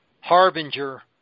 harbinger